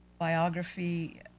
biography